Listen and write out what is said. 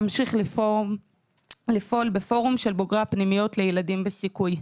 אמשיך לפעול בפורום של בוגרי הפנימיות לילדים בסיכוי.